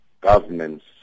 governments